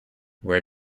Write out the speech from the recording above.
where